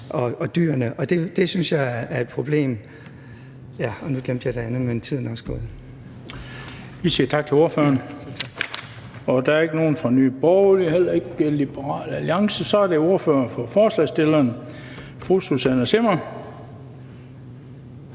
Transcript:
og borgerne, og det synes jeg er et problem. Ja, og nu glemte jeg den anden, men tiden er også gået. Kl. 17:11 Den fg. formand (Bent Bøgsted): Vi siger tak til ordføreren. Der er ikke nogen fra Nye Borgerlige og heller ikke fra Liberal Alliance. Så er det ordføreren for forslagsstillerne, fru Susanne Zimmer.